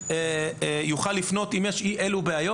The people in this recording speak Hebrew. הספורטאי יוכל לפנות למוקד אם יש בעיות.